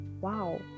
wow